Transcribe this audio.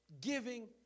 giving